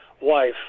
wife